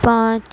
پانچ